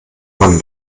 man